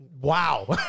Wow